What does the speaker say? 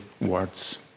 words